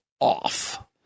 off